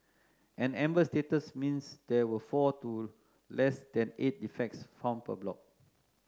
an amber status means there were four to less than eight defects found per block